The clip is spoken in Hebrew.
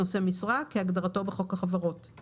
"נושא משרה" כהגדרתו בחוק החברות;